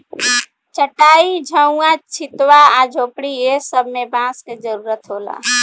चाटाई, झउवा, छित्वा आ झोपड़ी ए सब मे बांस के जरुरत होला